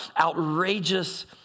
outrageous